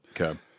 Okay